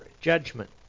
judgment